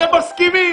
אתם מסכימים.